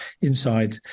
inside